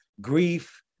grief